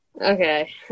Okay